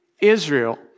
Israel